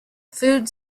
food